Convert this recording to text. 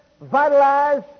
vitalize